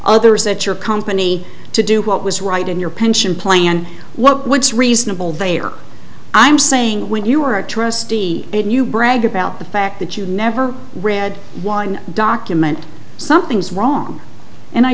others that your company to do what was right in your pension plan what's reasonable they are i'm saying when you are a trustee a new brag about the fact that you never read one document something's wrong and i